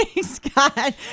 Scott